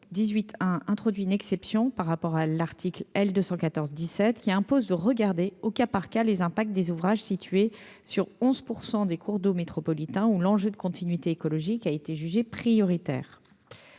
L 214 18 introduit une exception par rapport à l'article L 214 17 qui impose de regarder au cas par cas les impacts des ouvrages situés sur 11 pour 100 des cours d'eau métropolitain où l'enjeu de continuité écologique a été jugé prioritaire